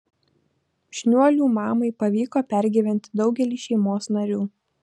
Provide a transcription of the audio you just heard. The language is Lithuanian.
šniuolių mamai pavyko pergyventi daugelį šeimos narių